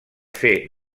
fer